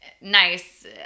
nice